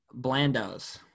Blandos